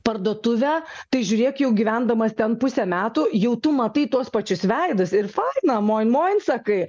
parduotuvę tai žiūrėk jau gyvendamas ten pusę metų jau tu matai tuos pačius veidus ir faina moin moin sakai